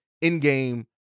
in-game